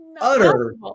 utter